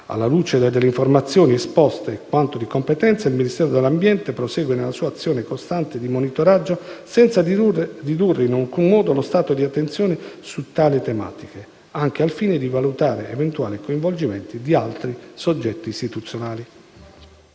Alla luce delle informazioni esposte, per quanto di competenza, il Ministero dell'ambiente prosegue nella sua azione costante di monitoraggio senza ridurre in alcun modo lo stato di attenzione su tali tematiche, anche al fine di valutare eventuali coinvolgimenti di altri soggetti istituzionali.